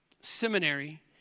Seminary